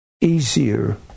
easier